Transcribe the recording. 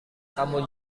kamu